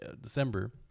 december